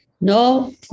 No